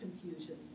confusion